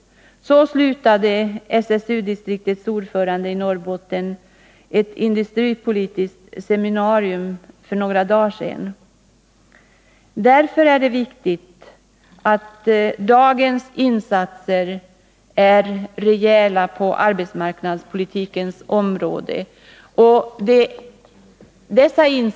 Med de orden avslutade SSU-distriktets ordförande i Norrbotten ett industripolitiskt seminarium för några dagar sedan. Det är viktigt att dagens insatser på arbetsmarknadspolitikens område är rejäla.